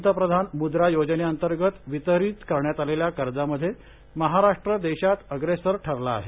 पंतप्रधान मुद्रा योजनेअंतर्गत वितरित करण्यात आलेल्या कर्जामध्ये महाराष्ट् देशात अप्रेसर ठरला आहे